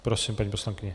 Prosím, paní poslankyně.